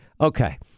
okay